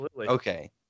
okay